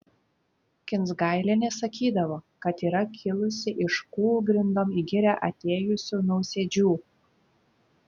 kinsgailienė sakydavo kad yra kilusi iš kūlgrindom į girią atėjusių nausėdžių